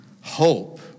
Hope